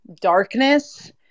darkness